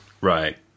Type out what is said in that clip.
Right